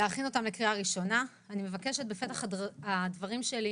אני מבקשת להדגיש בפתח הדברים שלי